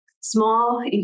Small